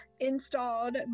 installed